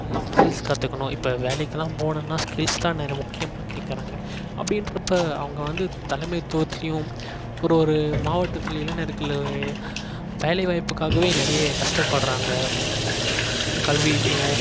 நிறைய ஸ்கில்ஸ் கற்றுக்கணும் இப்போ வேலைக்கெலாம் போணும்னா ஸ்கில்ஸ் தான் இந்நேர முக்கியமாக கேட்குறாங்க அப்படின்றப்ப அவங்க வந்து தலைமைத்துவத்துலையும் ஒரு ஒரு மாவட்டத்தில் இளைஞர்கள் வேலைவாய்ப்புக்காகவே நிறைய கஷ்டப்படுறாங்க கல்வியிலயும்